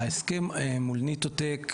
ההסכם מול "ניטו טק"